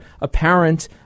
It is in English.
apparent